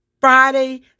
Friday